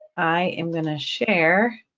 i am going to share,